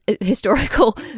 historical